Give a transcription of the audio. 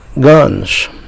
guns